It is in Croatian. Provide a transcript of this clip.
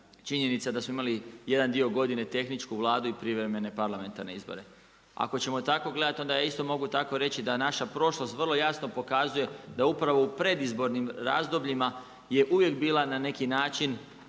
činjenica da smo imali jedan dio godine tehničku Vladu i privremene parlamentarne izbore. Ako ćemo tako gledati, onda ja isto tako mogu reći da naša prošlost vrlo jasno pokazuje da upravo u predizbornim razdobljima je uvijek bila na neki način,